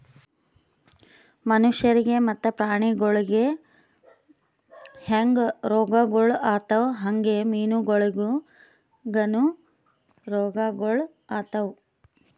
ಮನುಷ್ಯರಿಗ್ ಮತ್ತ ಪ್ರಾಣಿಗೊಳಿಗ್ ಹ್ಯಾಂಗ್ ರೋಗಗೊಳ್ ಆತವ್ ಹಂಗೆ ಮೀನುಗೊಳಿಗನು ರೋಗಗೊಳ್ ಆತವ್